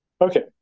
okay